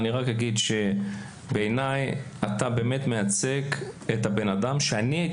אני רק אגיד שבעיניי אתה באמת מייצג את בן האדם שאני הייתי